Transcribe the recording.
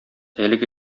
әлеге